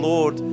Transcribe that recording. Lord